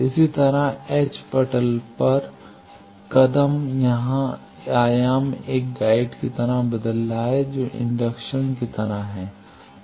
इसी तरह h पटल पर कदम यहां आयाम एक गाइड की तरह बदल रहा है जो एक इंडक्शन की तरह है